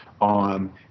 on